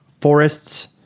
forests